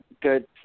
good